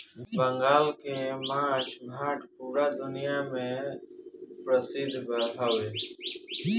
बंगाल के माछ भात पूरा दुनिया में परसिद्ध हवे